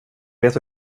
leta